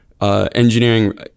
Engineering